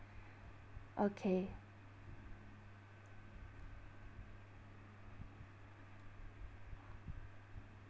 okay